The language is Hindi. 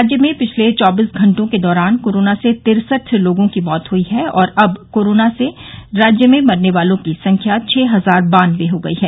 राज्य में पिछले चौबीस घंटों के दौरान कोरोना से तिरसठ लोगों की मौत हुई है और अब कोरोना से राज्य में मरने वालों की संख्या छह हजार बाननवे हो गई है